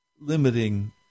Limiting